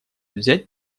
взять